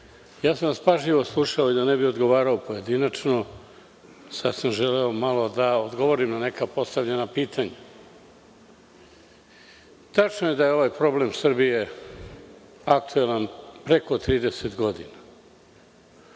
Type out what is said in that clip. ja sam vas pažljivo slušao i da ne bih odgovarao pojedinačno, sada sam želeo malo da odgovorim na neka postavljena pitanja. Tačno je da je ovaj problem Srbije aktuelan preko 30 godina.